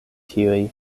tiuj